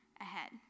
ahead